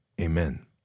Amen